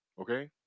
Okay